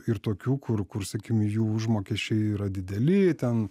ir tokių kur kur sakykim jų užmokesčiai yra dideli ten